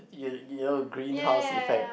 you know you know greenhouse effect